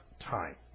time